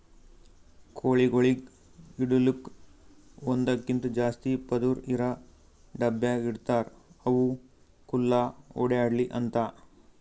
ಕೋಳಿಗೊಳಿಗ್ ಇಡಲುಕ್ ಒಂದಕ್ಕಿಂತ ಜಾಸ್ತಿ ಪದುರ್ ಇರಾ ಡಬ್ಯಾಗ್ ಇಡ್ತಾರ್ ಅವು ಖುಲ್ಲಾ ಓಡ್ಯಾಡ್ಲಿ ಅಂತ